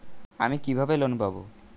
আমি কিভাবে লোন পাব?